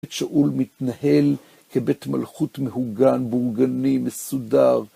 מה אפשר לעשות?